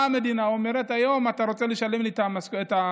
באה המדינה היום ואומרת: אתה רוצה לשלם לי את החוב?